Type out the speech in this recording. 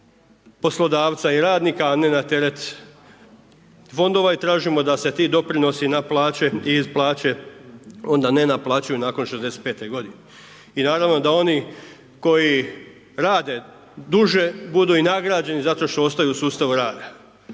poslodavca i radnika a ne na teret fondova i tražimo da se ti doprinosi na plaće i iz plaće onda ne naplaćuju nakon 65 godine. I naravno da oni koji rade duže budu i nagrađeni zato što ostaju u sustavu rada